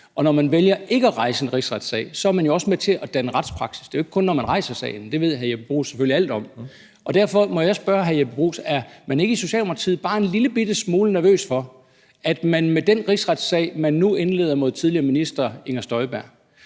Og når man vælger ikke at rejse en rigsretssag, er man jo også med til at danne retspraksis – det er jo ikke kun, når man rejser sager, og det ved hr. Jeppe Bruus selvfølgelig alt om. Derfor må jeg spørge hr. Jeppe Bruus: Er man ikke i Socialdemokratiet bare en lillebitte smule nervøs for, at man med den rigsretssag, man nu indleder mod tidligere minister Inger Støjberg,